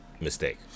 mistake